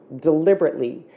deliberately